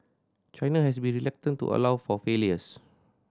China has been reluctant to allow for failures